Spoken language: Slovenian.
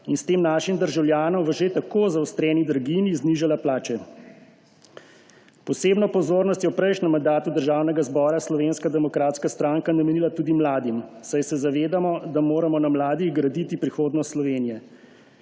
in s tem našim državljanom v že tako zaostreni draginji znižala plače. Posebno pozornost je v prejšnjem mandatu Državnega zbora Slovenska demokratska stranka namenila tudi mladim, saj se zavedamo, da moramo na mladih graditi prihodnost Slovenije.